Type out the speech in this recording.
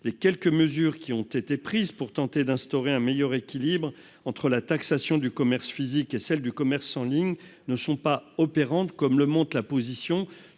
les quelques mesures qui ont été prises pour tenter d'instaurer un meilleur équilibre entre la taxation du commerce physique et celle du commerce en ligne ne sont pas opérantes comme le monte la position